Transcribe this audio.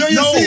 no